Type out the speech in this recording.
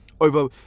over